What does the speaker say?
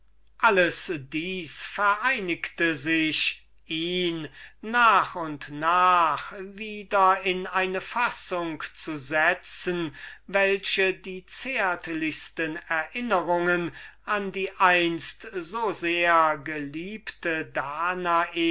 alles dieses vereinigte sich ihn nach und nach wieder in dispositionen zu setzen welche die zärtlichste erinnerungen an die einst so sehr geliebte danae